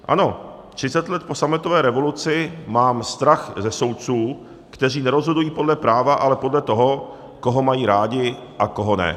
Ano, třicet let po sametové revoluci mám strach ze soudců, kteří nerozhodují podle práva, ale podle toho, koho mají rádi a koho ne.